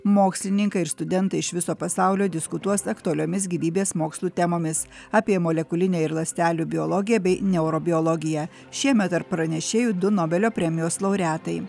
mokslininkai ir studentai iš viso pasaulio diskutuos aktualiomis gyvybės mokslų temomis apie molekulinę ir ląstelių biologiją bei neurobiologiją šiemet tarp pranešėjų du nobelio premijos laureatai